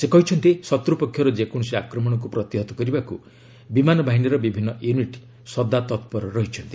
ସେ କହିଛନ୍ତି ଶତ୍ରୁ ପକ୍ଷର ଯେକୌଣସି ଆକ୍ରମଣକୁ ପ୍ରତିହତ କରିବାକୁ ବିମାନ ବାହିନୀର ବିଭିନ୍ନ ୟୁନିଟ୍ ସଦା ତପୂର ରହିଛନ୍ତି